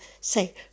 say